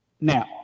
Now